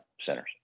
centers